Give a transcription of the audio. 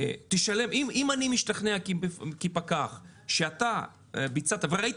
אם אני משתכנע כפקח שאתה ביצעת וראיתי